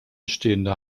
stehende